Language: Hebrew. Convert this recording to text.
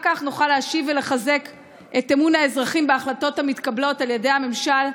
רק כך נוכל להשיב ולחזק את אמון האזרחים בהחלטות המתקבלות על ידי הממשל,